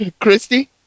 Christy